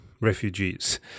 refugees